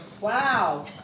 Wow